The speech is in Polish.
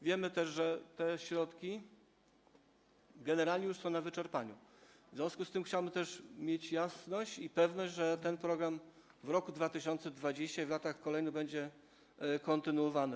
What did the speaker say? Wiemy też, że te środki generalnie są już na wyczerpaniu, w związku z tym chciałbym też mieć jasność i pewność, że ten program w roku 2020 i w latach kolejnych będzie kontynuowany.